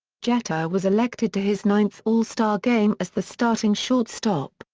jeter was elected to his ninth all-star game as the starting shortstop.